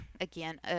again